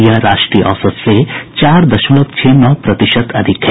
यह राष्ट्रीय औसत से चार दशमलव छह नौ प्रतिशत अधिक है